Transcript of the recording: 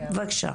בבקשה.